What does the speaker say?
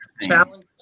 challenge